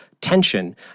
tension